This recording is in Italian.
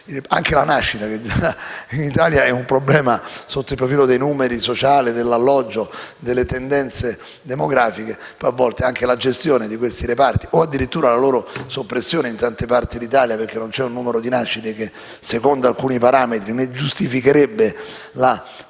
Anche la nascita in Italia è un problema sotto il profilo dei numeri e dal punto di vista sociale, dell'alloggio, delle tendenze demografiche; però, a volte, anche la gestione di questi reparti (quando non addirittura la loro soppressione in tante parti d'Italia, perché non c'è un numero di nascite che, secondo alcuni parametri, ne giustificherebbe la